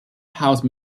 house